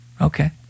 Okay